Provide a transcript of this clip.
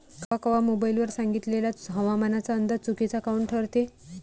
कवा कवा मोबाईल वर सांगितलेला हवामानाचा अंदाज चुकीचा काऊन ठरते?